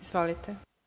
Izvolite.